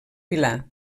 pilar